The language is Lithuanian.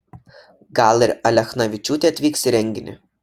gal ir alechnavičiūtė atvyks į renginį